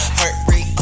heartbreak